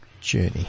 journey